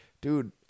Dude